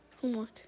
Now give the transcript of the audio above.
Homework